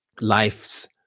life's